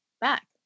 back